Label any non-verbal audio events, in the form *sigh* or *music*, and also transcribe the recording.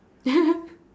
*laughs*